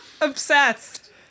Obsessed